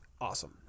awesome